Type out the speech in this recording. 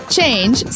Change